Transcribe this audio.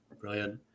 Brilliant